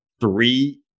three